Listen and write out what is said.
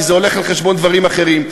כי זה הולך על חשבון דברים אחרים.